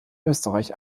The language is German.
österreich